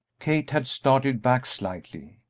kate had started back slightly.